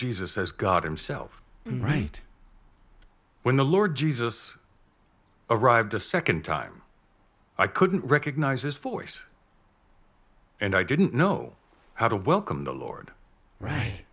jesus as god himself right when the lord jesus arrived the nd time i couldn't recognize his force and i didn't know how to welcome the lord right